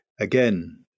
Again